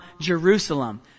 Jerusalem